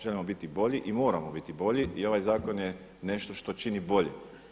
Želimo biti bolji i moramo biti bolji i ovaj zakon je nešto što čini bolje.